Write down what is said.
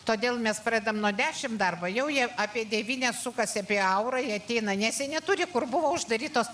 todėl mes pradedame nuo dešimt darbą jau jie apie devynias sukasi apie aurą nes jie neturi kur buvo uždarytos